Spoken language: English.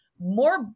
more